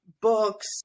books